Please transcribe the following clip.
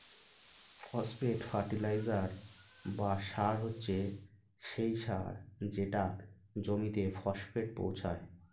phosphate fertiliser বা সার হচ্ছে সেই সার যেটা জমিতে ফসফেট পৌঁছায়